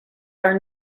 are